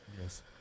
Yes